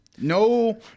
No